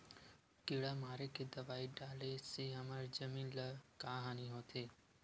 किड़ा मारे के दवाई डाले से हमर जमीन ल का हानि होथे?